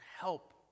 help